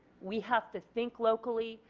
we have to think locally,